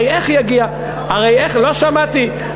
הרי איך יגיע, לא שמעתי.